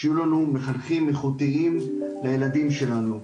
שיהיו לנו מחנכים איכותיים לילדים שלנו.